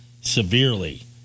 severely